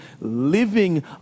living